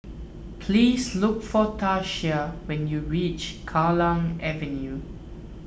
please look for Tatia when you reach Kallang Avenue